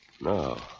No